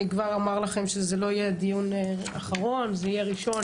אני כבר אומר לכם שזה לא יהיה הדיון האחרון אלא הראשון.